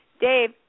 Dave